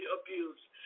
abused